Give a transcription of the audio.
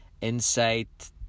insight